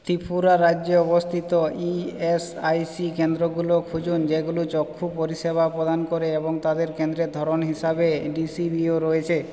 ত্রিপুরা রাজ্যে অবস্থিত E S I C কেন্দ্রগুলি খুঁজুন যেগুলো চক্ষু পরিষেবা প্রদান করে এবং তাদের কেন্দ্রের ধরন হিসেবে ডিসিবিও রয়েছে